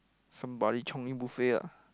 somebody chionging buffet ah